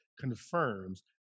confirms